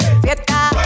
fiesta